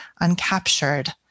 uncaptured